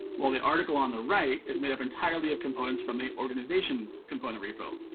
while the article on the right is made up entirely of components from the organization's component repo.